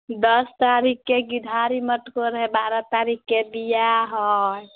दस तारीकके घिढारी मटकोर हइ बारह तारीकके विवाह हइ